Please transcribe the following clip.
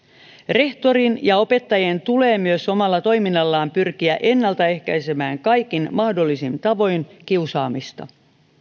rehtorin ja opettajien tulee myös omalla toiminnallaan pyrkiä ennaltaehkäisemään kaikin mahdollisin tavoin kiusaamista